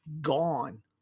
gone